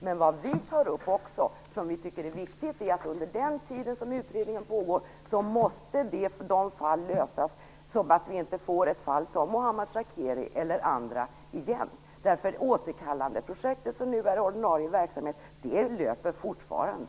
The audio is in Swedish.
Men vad vi tar upp, som vi tycker är viktigt, är att fallen måste lösas under den tid som utredningen pågår, så att det inte blir fall som Mohammad Shakeri eller andra igen. Återkallandeprojektet, som nu är en ordinarie verksamhet, löper fortfarande.